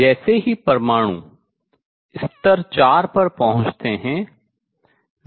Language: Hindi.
जैसे ही परमाणु स्तर 4 पर पहुँचते हैं